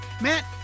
Matt